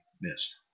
missed